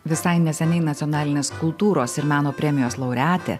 visai neseniai nacionalinės kultūros ir meno premijos laureatė